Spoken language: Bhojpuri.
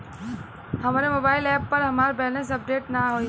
हमरे मोबाइल एप पर हमार बैलैंस अपडेट नाई बा